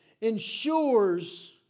ensures